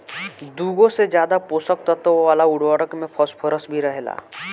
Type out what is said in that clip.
दुगो से ज्यादा पोषक तत्व वाला उर्वरक में फॉस्फोरस भी रहेला